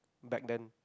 back then